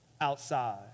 outside